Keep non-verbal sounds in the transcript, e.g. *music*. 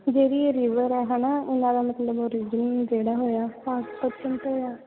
ਜਿਹੜੀ ਇਹ ਰਿਵਰ ਏ ਹੈ ਨਾ ਉਹਨਾਂ ਦਾ ਮਤਲਬ ਉਰੀਜਨ ਜਿਹੜਾ ਹੋਇਆ *unintelligible* ਹੋਇਆ